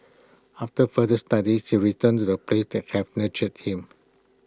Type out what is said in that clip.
after further studies he returned to the place that have nurtured him